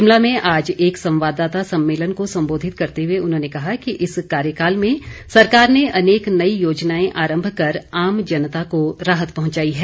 शिमला में आज एक संवाददाता सम्मेलन को संबोधित करते हुए उन्होंने कहा कि इस कार्यकाल में सरकार ने अनेक नई योजनाएं आरंभ कर आम जनता को राहत पहुंचाई है